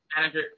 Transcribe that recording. manager